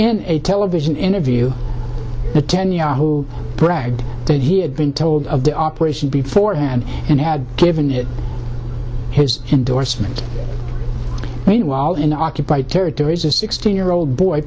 in a television interview ten yahoo bragged that he had been told of the operation before hand and had given it his endorsement meanwhile in the occupied territories a sixteen year old boy